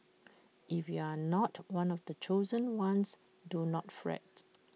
if you are not one of the chosen ones do not fret